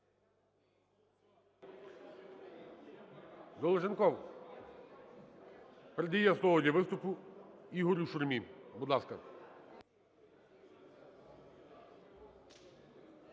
Долженков передає слово для виступу Ігорю Шурмі. Будь ласка.